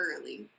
early